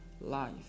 life